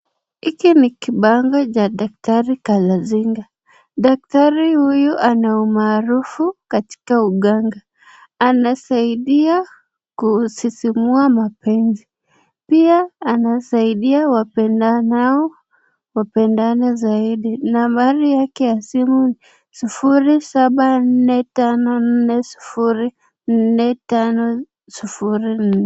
Hiki ni kibango cha Daktari Karazinga. Daktari huyu ana umaarufu katika uganga. Anasaidia kusisimua mapenzi pia anasaidia wapendanao wapendane zaidi. Nambari yake ya simu ni 0745404504.